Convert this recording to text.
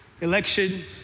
election